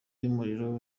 y’umuriro